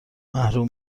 محروم